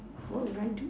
what will I do